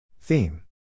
Theme